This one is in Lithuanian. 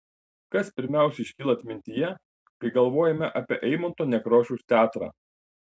kas pirmiausia iškyla atmintyje kai galvojame apie eimunto nekrošiaus teatrą